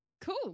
Cool